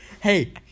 Hey